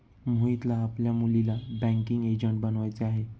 मोहितला आपल्या मुलीला बँकिंग एजंट बनवायचे आहे